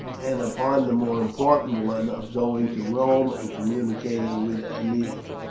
and upon the more important one of going to rome and communicating with aemilia.